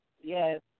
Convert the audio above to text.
yes